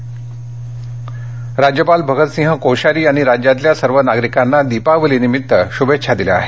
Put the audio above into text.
दीपावली शभेच्छा राज्यपाल भगत सिंह कोश्यारी यांनी राज्यातल्या सर्व नागरिकांना दीपावलीनिमित्त शुभेच्छा दिल्या आहेत